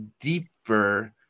deeper